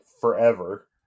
forever